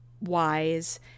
wise